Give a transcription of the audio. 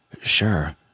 sure